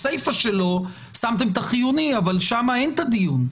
בסיפא שלו שמתם את החיוני, אבל שמה אין את הדיון.